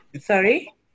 Sorry